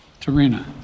Tarina